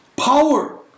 Power